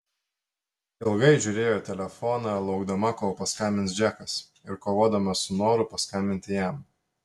ilgai žiūrėjo į telefoną laukdama kol paskambins džekas ir kovodama su noru paskambinti jam